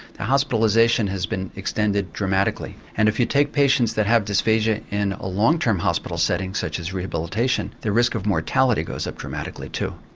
the hospitalisation has been extended dramatically. and if you take patients that have dysphagia in a long-term hospital setting such as rehabilitation, the risk of mortality goes up dramatically too.